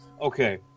Okay